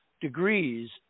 degrees